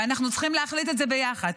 ואנחנו צריכים להחליט את זה ביחד.